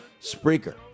Spreaker